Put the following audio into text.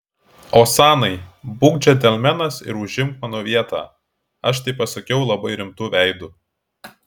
osanai būk džentelmenas ir užimk mano vietą aš tai pasakiau labai rimtu veidu